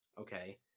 Okay